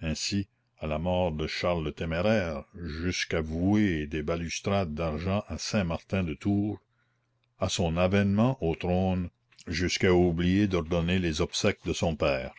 ainsi à la mort de charles le téméraire jusqu'à vouer des balustrades d'argent à saint-martin de tours à son avènement au trône jusqu'à oublier d'ordonner les obsèques de son père